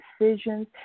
decisions